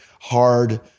hard